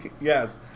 Yes